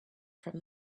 from